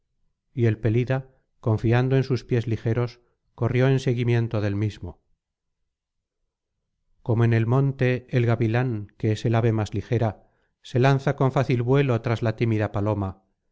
y el pelida confiando en sus pies ligeros corrió en seguimiento del mismo como en el monte el gavilán que es el ave más ligera se lanza con fácil vuelo tras la tímida paloma